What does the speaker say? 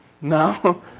No